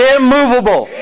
Immovable